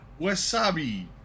Wasabi